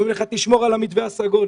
אומרים לך: תשמור על המתווה הסגול.